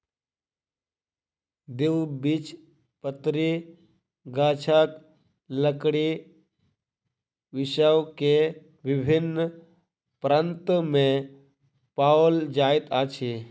द्विबीजपत्री गाछक लकड़ी विश्व के विभिन्न प्रान्त में पाओल जाइत अछि